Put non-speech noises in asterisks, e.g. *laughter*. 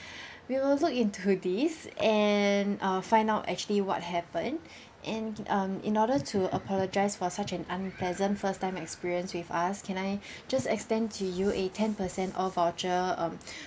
*breath* we will look into this and uh find out actually what happened *breath* and um in order to apologize for such an unpleasant first time experience with us can I *breath* just extend to you a ten percent off voucher um *breath*